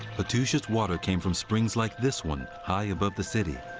hattusha's water came from springs like this one high above the city.